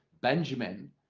Benjamin